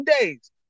days